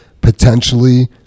potentially